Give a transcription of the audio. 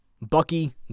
Bucky